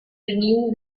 renewed